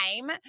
time